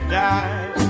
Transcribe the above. die